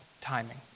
timing